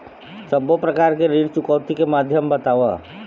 सब्बो प्रकार ऋण चुकौती के माध्यम बताव?